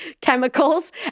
chemicals